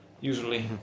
usually